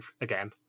again